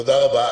תודה רבה.